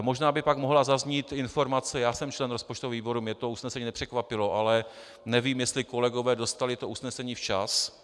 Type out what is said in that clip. Možná by pak mohla zaznít informace já jsem člen rozpočtového výboru, mě to usnesení nepřekvapilo, ale nevím, jestli kolegové dostali to usnesení včas.